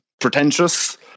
pretentious